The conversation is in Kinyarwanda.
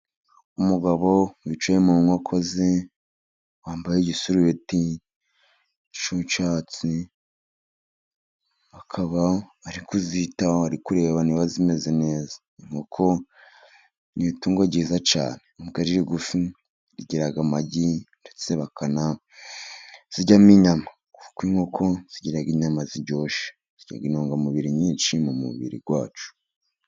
Umugabo wicaye mu nkoko ze wambaye igisurubeti cy'icyatsi, akaba ari kuzitaho, ari kureba niba zimeze neza. inkoko ni itungo ryiza cyane. N'ubwo ari rigufi rijyira amagi ndetse bakanaziryamo inyama. Kuko inkoko zigira inyama ziryoshye, zikagira intungamubiri nyinshi mu mubiri wacu.